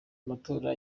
amatora